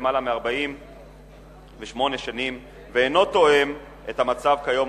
למעלה מ-48 שנים ואינו תואם את המצב כיום,